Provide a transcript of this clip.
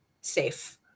safe